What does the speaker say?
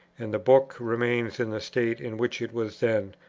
and the book remains in the state in which it was then,